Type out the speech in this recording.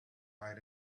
night